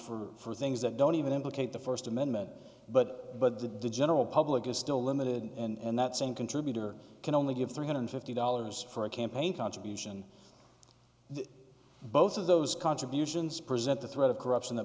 for things that don't even implicate the first amendment but but the general public is still limited and that same contributor can only give three hundred fifty dollars for a campaign contribution both of those contributions present the threat of corruption that